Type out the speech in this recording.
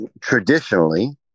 traditionally